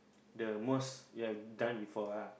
the most you have done before ah